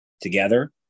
together